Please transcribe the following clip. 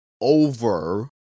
over